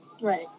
right